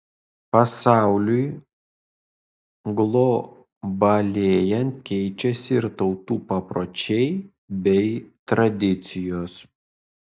pasauliui globalėjant keičiasi ir tautų papročiai bei tradicijos